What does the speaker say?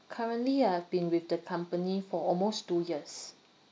currently I have been with the company for almost two years